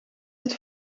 het